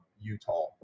utah